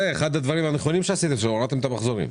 אחד הדברים הנכונים שעשיתם הוא שהורדתם את המחזורים.